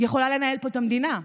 יכולה לנהל פה את המדינה.